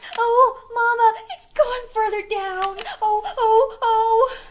ow. mommer. it's going further down. ow. ow. ow.